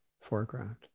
foreground